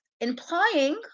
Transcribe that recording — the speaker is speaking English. implying